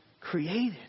created